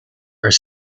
are